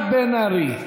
חברת הכנסת מירב בן ארי.